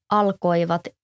alkoivat